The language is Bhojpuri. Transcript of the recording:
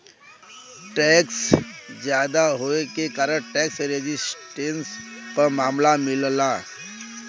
टैक्स जादा होये के कारण टैक्स रेजिस्टेंस क मामला मिलला